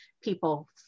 people